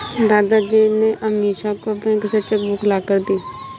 दादाजी ने अमीषा को बैंक से चेक बुक लाकर दी